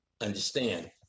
Understand